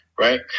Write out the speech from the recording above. right